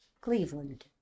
Cleveland